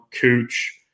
Cooch